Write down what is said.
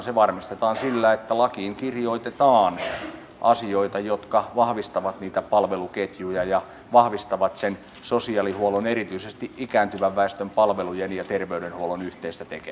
se varmistetaan sillä että lakiin kirjoitetaan asioita jotka vahvistavat niitä palveluketjuja ja vahvistavat sosiaalihuollon erityisesti ikääntyvän väestön palvelujen ja terveydenhuollon yhteistä tekemistä